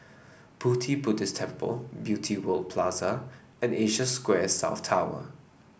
Pu Ti Buddhist Temple Beauty World Plaza and Asia Square South Tower